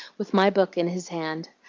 with my book in his hand.